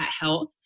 health